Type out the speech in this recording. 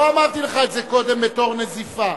לא אמרתי לך את זה קודם בתור נזיפה,